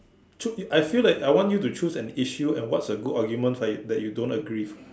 so if I feel like I want you to choose an issue and what's a good argument for it that you don't agree